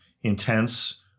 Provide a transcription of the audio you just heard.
intense